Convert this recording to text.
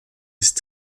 ist